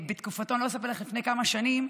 בתקופתו, אני לא אספר לפני כמה שנים,